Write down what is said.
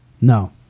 No